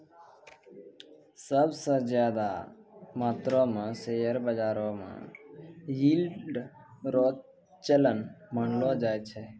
सब स ज्यादा मात्रो म शेयर बाजारो म यील्ड रो चलन मानलो जाय छै